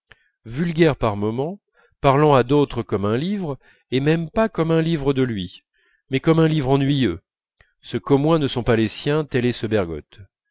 vulgaire par moments parlant à d'autres comme un livre et même pas comme un livre de lui mais comme un livre ennuyeux ce qu'au moins ne sont pas les siens tel est ce bergotte